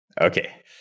Okay